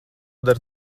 dara